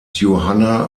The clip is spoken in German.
johanna